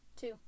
Two